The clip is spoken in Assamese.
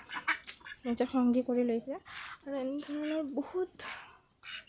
নিজৰ সংগী কৰি লৈছে আৰু এনেধৰণৰ বহুত